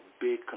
big